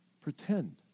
pretend